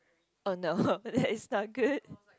oh no that is not good